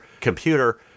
computer